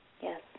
Yes